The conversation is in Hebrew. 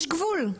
יש גבול.